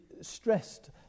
stressed